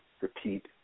repeat